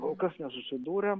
kol kas nesusidūrė